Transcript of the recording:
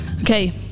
Okay